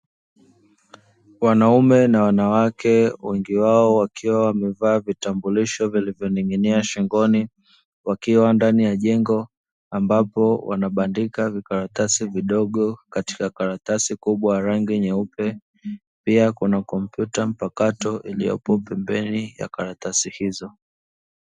Wanaume na wanawake wengi wao wakiwa wamevaa vitaambulisho vilivyo ning'ínia shingoni wakiwa ndani ya jengo ambapo wanabandika vikaratasi vidogo katika karatasi kubwa la rangi nyeupe, Pia kuna kompyuta mpakato iliyopo pembeni ya karatasi hizo.